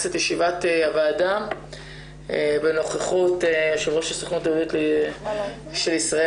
את ישיבת הוועדה בנוכחות של ראש הסוכנות היהודית של ישראל